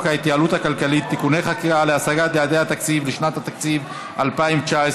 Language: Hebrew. ההתייעלות הכלכלית (תיקוני חקיקה להשגת יעדי התקציב לשנת התקציב 2019),